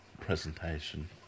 presentation